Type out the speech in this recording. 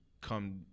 come